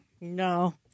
No